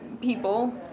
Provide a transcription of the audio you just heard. people